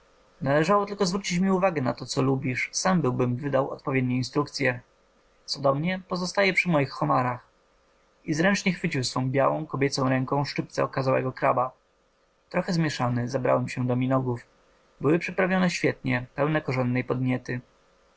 należało tylko zwrócić mi uwagę na to co lubisz sam byłbym wydał odpowiednie instrukcye co do mnie pozostaję przy moich homarach i zręcznie chwycił swą białą kobiecą ręką szczypce okazałego kraba trochę zmieszany zabrałem się do minogów były przyprawione świetnie pełne korzennej podniety